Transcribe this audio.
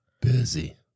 busy